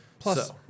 Plus